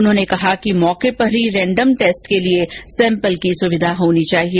उन्होंने कहा कि मौके पर ही रैंडम टेस्ट के लिए सैम्पल की सुविधा होनी चाहिए